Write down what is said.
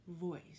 voice